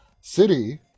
City